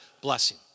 blessing